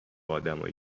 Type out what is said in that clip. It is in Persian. آدمایی